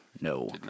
no